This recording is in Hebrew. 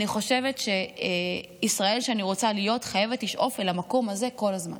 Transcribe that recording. אני חושבת שישראל שאני רוצה להיות חייבת לשאוף אל המקום הזה כל הזמן,